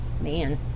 man